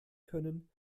können